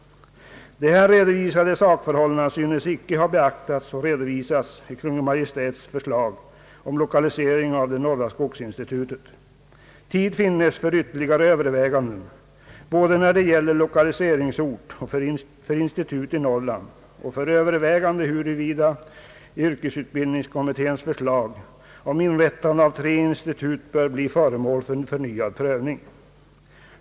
De här redovisade sakförhållandena synes icke ha beaktats och framlagts i Kungl. Maj:ts förslag om lokalisering av det norra skogsinstitutet. Tid finnes för ytterligare överväganden både när det gäller lokaliseringsort för institut i Norrland och av frågan huruvida yrkesutbildningskommitténs förslag om inrättande av tre institut bör bli föremål för förnyad prövning.